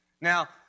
Now